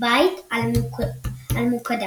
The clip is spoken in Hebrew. "ב֫ית אלמק֫דס",